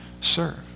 serve